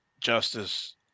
justice